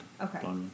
Okay